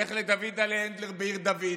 לך לדוידל'ה הנדלר בעיר דוד.